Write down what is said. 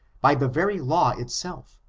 by the very law itself,